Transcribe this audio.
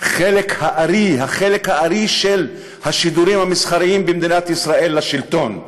חלק הארי של השידורים המסחריים במדינת ישראל לשלטון,